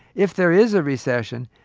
if there is a recession,